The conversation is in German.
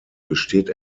besteht